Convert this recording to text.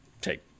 take